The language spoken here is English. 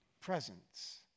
Presence